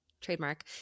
trademark